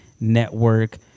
network